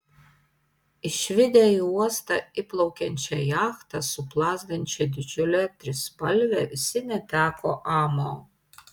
išvydę į uostą įplaukiančią jachtą su plazdančia didžiule trispalve visi neteko amo